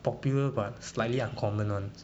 popular but slightly uncommon ones